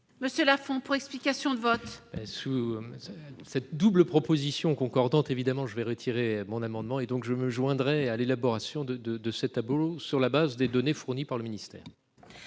Monsieur Lafont pour explication de vote. Sous cette double proposition concordantes, évidemment je vais retirer mon amendement et donc je me joindrai à l'élaboration de, de, de ses tableaux, sur la base des données fournies par le ministère.